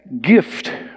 gift